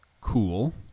cool